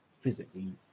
physically